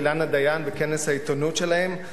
אילנה דיין בכנס העיתונות שלהם,